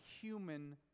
human